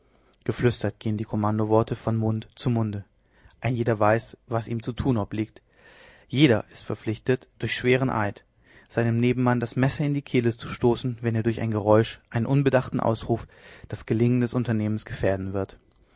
geflüstert gehen die kommandoworte von mund zu munde ein jeder weiß was ihm zu tun obliegt jeder ist verpflichtet durch schweren eid seinem nebenmann das messer in die kehle zu stoßen wenn er durch ein geräusch einen unbedachten ausruf das gelingen des unternehmens gefährden wird